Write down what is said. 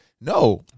No